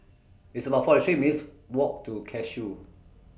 It's about forty three minutes' Walk to Cashew